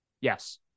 yes